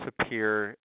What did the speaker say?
appear